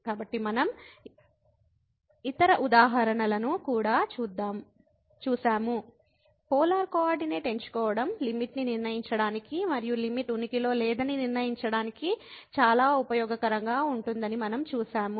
కాబట్టి మనం ఇతర ఉదాహరణలను కూడా చూశాము పోలార్ కోఆర్డినేట్ ఎంచుకోవడం లిమిట్ ని నిర్ణయించడానికి మరియు లిమిట్ ఉనికిలో లేదని నిర్ణయించడానికి చాలా ఉపయోగకరంగా ఉంటుందని మనం చూశాము